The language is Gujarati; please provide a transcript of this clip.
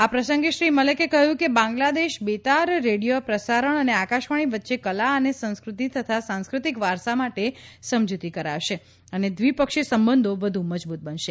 આ પ્રસંગે શ્રી મલેકે કહ્યું કે બાંગ્લાદેશ બેતાર રેડિયા પ્રસારણ અને આકાશવાણી વચ્ચે કલા અને સંસ્કૃતિ તથા સાંસ્કૃતિક વારસા માટે સમજૂતી કરાશે અને દ્વિપક્ષી સંબંધો વ્ધુ મજબૂત બનશે